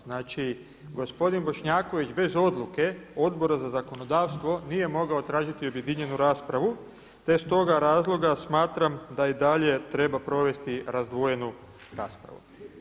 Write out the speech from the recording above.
Znači gospodin Bošnjaković bez odluke Odbora za zakonodavstvo nije mogao tražiti objedinjenu raspravu te s toga razloga smatram da i dalje treba provesti razdvojenu raspravu.